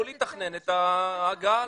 לתכנן את ההגעה?